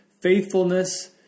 faithfulness